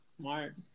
Smart